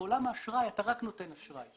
למשל בעולם האשראי אתה רק נותן אשראי.